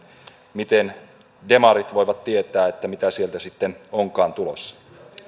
miten demarit voivat tietää mitä sieltä sitten onkaan tulossa